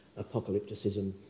apocalypticism